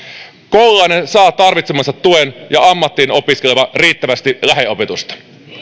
koululainen saa tarvitsemansa tuen ja ammattiin opiskeleva riittävästi lähiopetusta